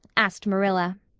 asked marilla.